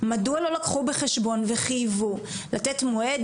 מדוע לא לקחו בחשבון וחייבו לתת מועד,